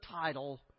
title